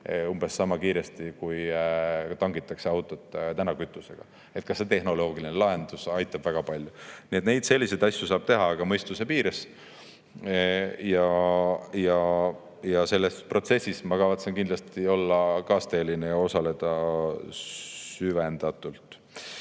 umbes sama kiiresti, kui tangitakse autot kütusega. Ka see tehnoloogiline lahendus aitaks väga palju. Selliseid asju saab teha, aga mõistuse piires. Selles protsessis ma kavatsen kindlasti olla kaasteeline ja osaleda süvendatult.